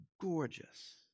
gorgeous